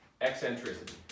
eccentricity